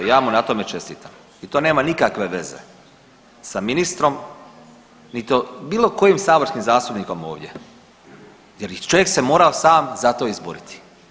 Ja mu na tome čestitam i to nema nikakve veze sa ministrom niti bilo kojim saborskim zastupnikom ovdje jer čovjek se morao sam za to izboriti.